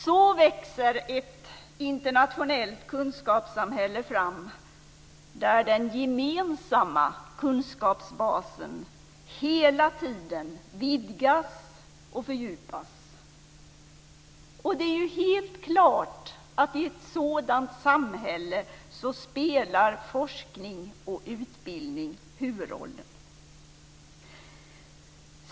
Så växer ett internationellt kunskapssamhälle fram, där den gemensamma kunskapsbasen hela tiden vidgas och fördjupas. Det är helt klart att i ett sådant samhälle spelar forskning och utbildning huvudrollen.